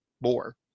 more